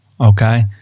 Okay